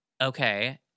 Okay